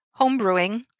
homebrewing